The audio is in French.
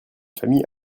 famille